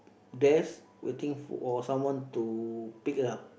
there's waiting for someone to pick her up